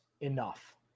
enough